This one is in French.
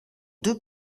deux